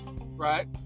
right